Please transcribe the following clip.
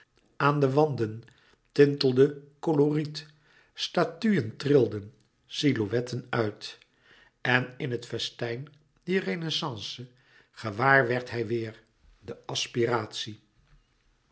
aan de wanden louis couperus metamorfoze tintelde koloriet statuen trilden silhouetten uit en in het festijn dier renaissance gewaarwerd hij weêr de aspiratie